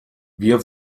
wir